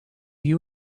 you